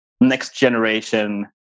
next-generation